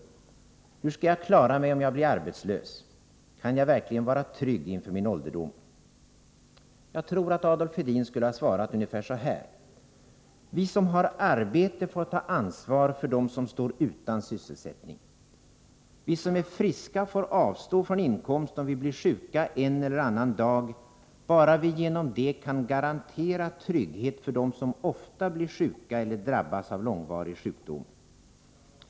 Hur skall jag klara mig, om jag blir arbetslös? Kan jag verkligen vara trygg inför min ålderdom? Jag tror att Adolf Hedin skulle ha svarat ungefär så här: Vi som har arbete får ta ansvar för dem som står utan sysselsättning. Vi som är friska får avstå från inkomst om vi blir sjuka en eller annan dag, bara vi genom det kan garantera trygghet för dem som ofta blir sjuka eller drabbas av långvarig sjukdom.